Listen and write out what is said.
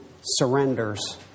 surrenders